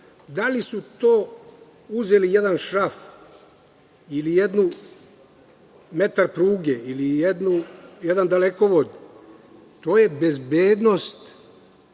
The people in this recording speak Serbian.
Da li su to uzeli jedan šraf ili metar pruge ili jedan dalekovod, to je bezbednost